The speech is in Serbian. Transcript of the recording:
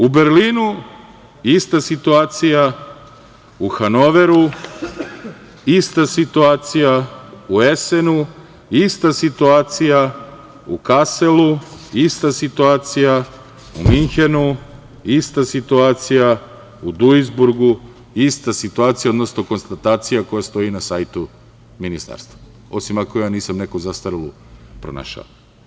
U Berlinu ista situacija, u Hanoveru ista situacija, u Esenu ista situacija, u Kaselu ista situacija, u Minhenu ista situacija, u Duizburgu ista situacija, odnosno konstatacija koja stoji na sajtu ministarstva, osim ako nisam neku zastarelu pronašao.